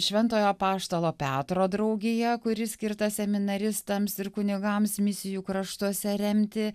šventojo apaštalo petro draugija kuri skirta seminaristams ir kunigams misijų kraštuose remti